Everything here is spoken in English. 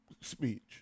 speech